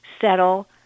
settle